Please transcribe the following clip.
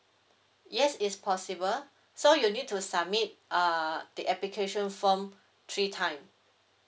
yes is possible so you need to submit uh the application form three time